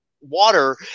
water